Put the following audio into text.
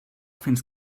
fins